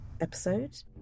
episode